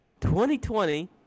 2020